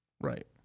Right